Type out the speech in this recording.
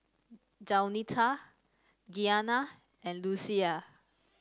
Jaunita Gianna and Lucia